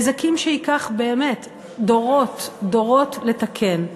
נזקים שייקח דורות לתקן.